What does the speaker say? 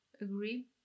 Agree